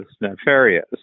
nefarious